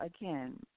again